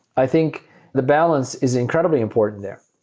i think the balance is incredibly important there.